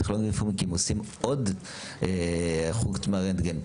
היום טכנולוגים רפואיים עושים עוד חוץ מהרנטגן,